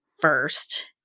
first